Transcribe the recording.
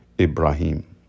Ibrahim